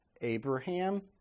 Abraham